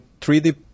3D